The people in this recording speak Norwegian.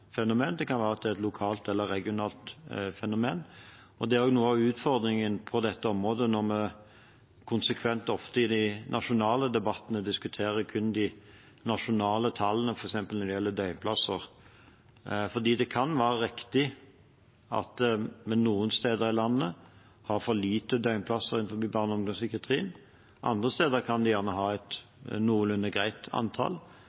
fenomen. Det kan være at det er et lokalt eller regionalt fenomen, og det er også noe av utfordringen på dette området når vi konsekvent i de nasjonale debattene kun diskuterer de nasjonale tallene, f.eks. når det gjelder døgnplasser. For det kan være riktig at vi noen steder i landet har for få døgnplasser i barne- og ungdomspsykiatrien. Andre steder kan de gjerne ha et noenlunde greit antall,